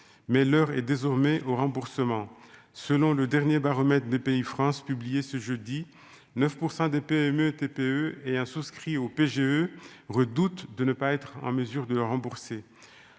mais l'heure est désormais aux remboursements, selon le dernier baromètre des pays France, publiée ce jeudi 9 % des PME, TPE et 1 souscrit au PGE redoutent de ne pas être en mesure de rembourser